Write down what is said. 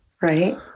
Right